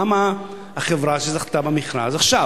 למה החברה שזכתה במכרז עכשיו,